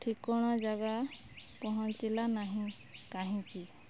ଠିକଣା ଜାଗା ପହଞ୍ଚିଲା ନାହିଁ କାହିଁକି